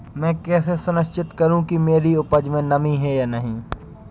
मैं कैसे सुनिश्चित करूँ कि मेरी उपज में नमी है या नहीं है?